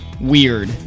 weird